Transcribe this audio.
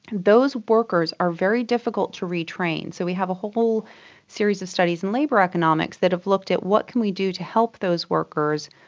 and those workers are very difficult to retrain. so we have a whole series of studies in labour economics that have looked at what can we do to help those workers?